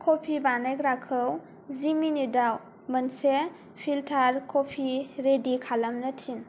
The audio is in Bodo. कफि बानायग्राखौ जि मिनिटआव मोनसे फिलटार कफि रेडि खालामनो थिन